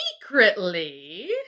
Secretly